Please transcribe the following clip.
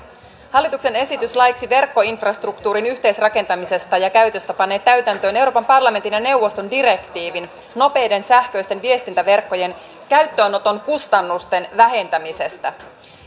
hallituksen esitys laiksi verkkoinfrastruktuurin yhteisrakentamisesta ja käytöstä panee täytäntöön euroopan parlamentin ja neuvoston direktiivin nopeiden sähköisten viestintäverkkojen käyttöönoton kustannusten vähentämisestä